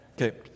Okay